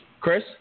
Chris